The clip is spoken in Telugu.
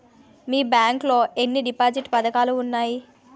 మీ బ్యాంక్ లో ఎన్ని డిపాజిట్ పథకాలు ఉన్నాయి?